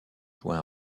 jouer